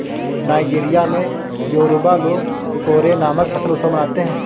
Nigeria में Yoruba लोग Ikore नामक फसल उत्सव मनाते हैं